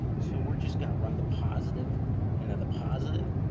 so we're just going to run the positive into the positive,